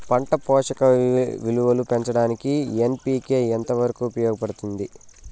పంట పోషక విలువలు పెంచడానికి ఎన్.పి.కె ఎంత వరకు ఉపయోగపడుతుంది